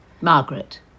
Margaret